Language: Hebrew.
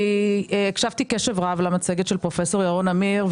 הקשבתי קשב רב למצגת של פרופ' ירון אמיר,